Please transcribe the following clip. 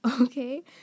Okay